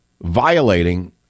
violating